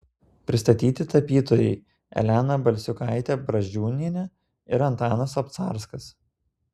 pristatyti tapytojai elena balsiukaitė brazdžiūnienė ir antanas obcarskas